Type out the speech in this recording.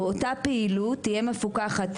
או אותה פעילות תהיה מפוקחת.